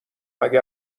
اگر